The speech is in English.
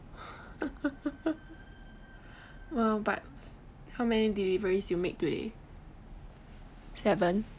!wah! but how many deliveries did you make today seven